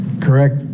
Correct